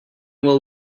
will